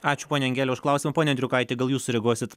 ačiū ponia angele už klausimą ponia andriukaiti gal jūs sureaguosit